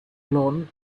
clone